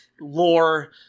lore